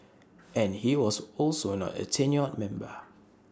and he was also not A tenured member